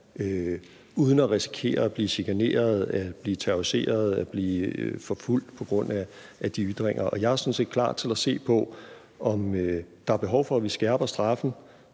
uden at risikere at blive chikaneret, at blive terroriseret, at blive forfulgt på grund af de ytringer. Og jeg er sådan set klar til at se på, om der er behov for, at vi skærper straffen